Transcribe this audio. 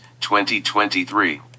2023